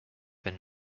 been